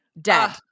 Dead